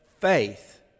faith